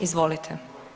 Izvolite.